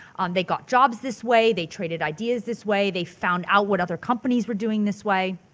um they got jobs this way, they traded ideas this way, they found out what other companies were doing this way.